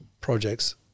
projects